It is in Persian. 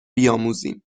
بیاموزیم